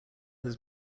his